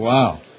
Wow